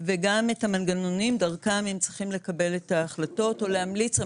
וגם את המנגנונים דרכם הם צריכים לקבל את ההחלטות או להמליץ המלצות,